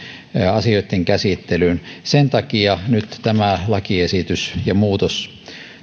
asioitten käsittelyyn sen takia nyt tämä lakiesitys ja muutos